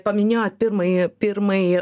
paminėjot pirmąjį pirmąjį